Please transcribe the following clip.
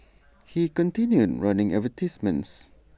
he continued running advertisements